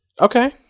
Okay